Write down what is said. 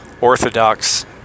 orthodox